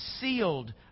sealed